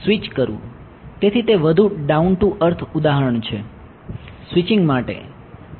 હા સ્વિચ કરવું